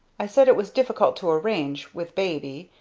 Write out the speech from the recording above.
i said it was difficult to arrange with baby,